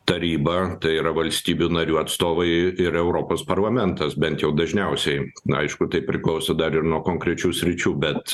taryba tai yra valstybių narių atstovai ir europos parlamentas bent jau dažniausiai na aišku tai priklauso dar ir nuo konkrečių sričių bet